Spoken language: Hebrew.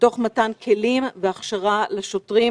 ותוך מתן כלים והכשרה לשוטרים